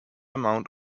amount